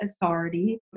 authority